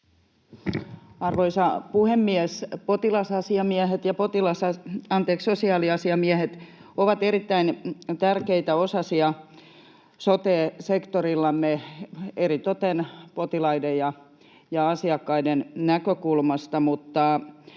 Arvoisa puhemies! Potilasasiamiehet ja sosiaaliasiamiehet ovat erittäin tärkeitä osasia sote-sektorillamme eritoten potilaiden ja asiakkaiden näkökulmasta.